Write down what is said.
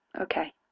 Okay